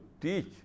teach